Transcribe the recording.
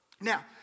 now